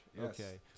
Okay